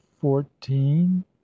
Fourteen